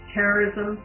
Terrorism